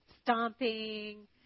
stomping